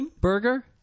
Burger